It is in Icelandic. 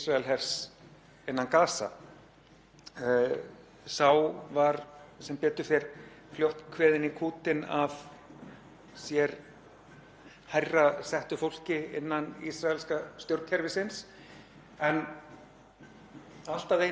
hærra settu fólki innan ísraelska stjórnkerfisins, en allt að einu sýnir þetta að freistingin er til staðar þegar fólk býr yfir þessum vopnum í vopnabúri sínu